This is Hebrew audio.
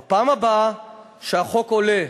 בפעם הבאה שהחוק עולה,